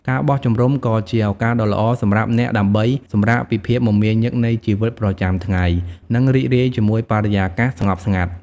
ការបោះជំរុំក៏ជាឱកាសដ៏ល្អសម្រាប់អ្នកដើម្បីសម្រាកពីភាពមមាញឹកនៃជីវិតប្រចាំថ្ងៃ និងរីករាយជាមួយបរិយាកាសស្ងប់ស្ងាត់។